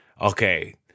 okay